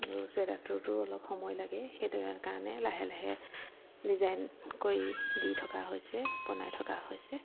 আৰু চুৱেটাৰটোতো অলপ সময় লাগে সেইদৰে কাৰণে লাহে লাহে ডিজাইন কৰি দি থকা হৈছে বনাই থকা হৈছে